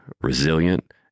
resilient